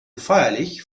feierlich